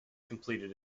completed